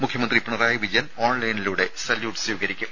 മുഖ്യമന്ത്രി പിണറായി വിജയൻ ഓൺലൈനിലൂടെ സല്യൂട്ട് സ്വീകരിക്കും